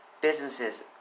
businesses